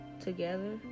together